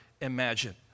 imagine